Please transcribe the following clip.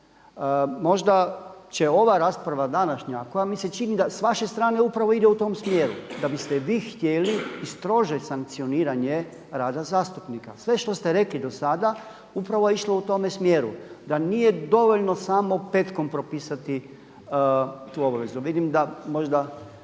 Možda će ova rasprava današnja koja mi se čini da s vaše strane upravo ide u tom smjeru, da biste vi htjeli i strože sankcioniranje rada zastupnika. Sve što ste rekli do sada upravo je išlo u tome smjeru, da nije dovoljno samo petkom propisati tu obavezu.